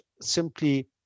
simply